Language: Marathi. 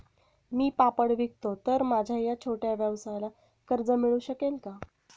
मी पापड विकतो तर माझ्या या छोट्या व्यवसायाला कर्ज मिळू शकेल का?